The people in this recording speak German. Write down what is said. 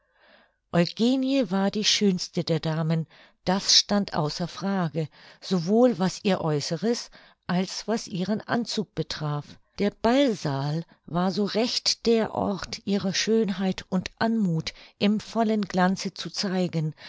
war die schönste der damen das stand außer frage sowohl was ihr aeußeres als was ihren anzug betraf der ballsaal war so recht der ort ihre schönheit und anmuth im vollen glanze zu zeigen